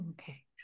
Okay